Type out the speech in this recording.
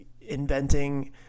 inventing